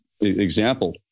example